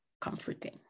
comforting